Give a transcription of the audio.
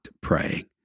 praying